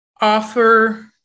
offer